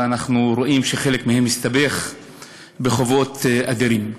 ואנחנו רואים שחלק מהם הסתבך בחובות אדירים.